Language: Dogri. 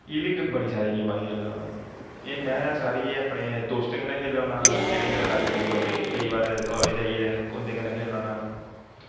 एह् लेई बड़ी सारी गेमां खेलना होन्ना एह् में सारी अपने दोस्तें कन्नै खेलना होन्नां जेह्ड़े मेरे लागै देगे रौंह्दे केईं बार कालजे आइयै उं'दे कन्नै खेलना होन्नां